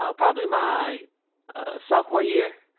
um probably my sophomore year.